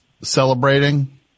celebrating